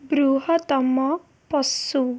ବୃହତ୍ତମ ପଶୁ